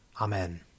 Amen